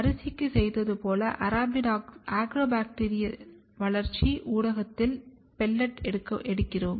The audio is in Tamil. அரிசிக்கு செய்ததுபோல அக்ரோபாக்டீரியல் வளர்ச்சி ஊடகத்திலும் பெல்லட் எடுக்கிறோம்